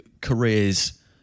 careers